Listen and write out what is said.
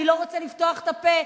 אני לא רוצה לפתוח את הפה,